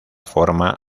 forma